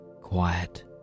quiet